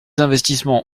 investissements